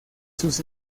sus